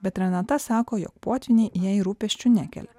bet renata sako jog potvyniai jai rūpesčių nekel